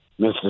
Mr